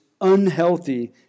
unhealthy